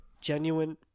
genuine